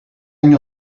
anni